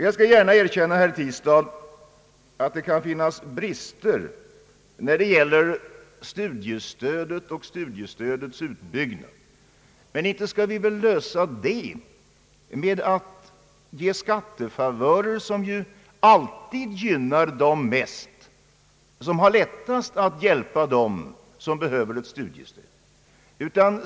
Jag skall gärna erkänna, herr Tistad, att det kan finnas brister när det gäller studiestödet och dess utbyggnad. Men inte skall vi väl lösa det problemet genom att ge skattefavörer, som ju alltid mest gynnar dem som har lättast att hjälpa dem som behöver ett studiestöd.